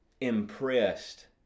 impressed